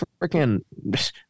Freaking